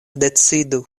decidu